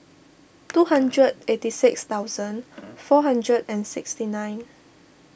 two hundred eighty six thousand four hundred and sixty nine